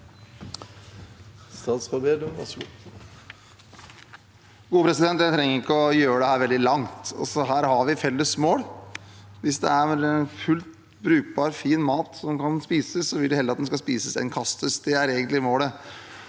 Jeg trenger ikke å gjøre dette veldig langt. Her har vi et felles mål: Hvis det er fullt brukbar og fin mat som kan spises, vil jeg heller at den skal spises enn kastes. Det er egentlig målet.